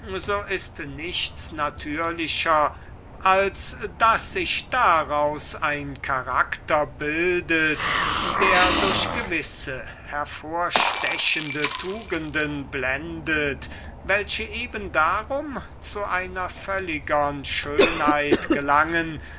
ist nichts natürlichers als daß sich daraus ein charakter bildet der durch gewisse hervorstechende tugenden blendet die eben darum zu einer völligern schönheit gelangen